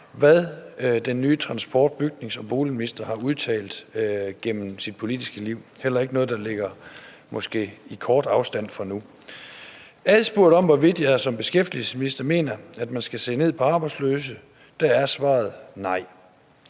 hvad den nye transport-, bygnings- og boligminister har udtalt gennem sit politiske liv; heller ikke noget, der måske ligger i kort afstand fra nu. Adspurgt om, hvorvidt jeg som beskæftigelsesminister mener, at man skal se ned på arbejdsløse, er svaret nej.